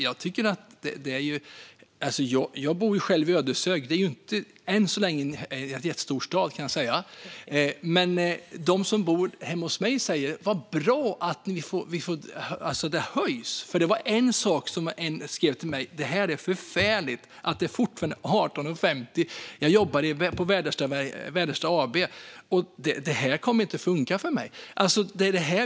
Jag bor själv i Ödeshög - det är ju än så länge inte en jättestor stad, kan jag säga. De som bor hemma hos mig säger: Vad bra att det höjs! En person skrev till mig: Det är förfärligt att det fortfarande är 18,50. Jag jobbar på Väderstad AB, och det här kommer inte att funka för mig.